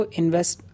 invest